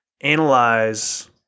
analyze